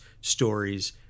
stories